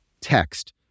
text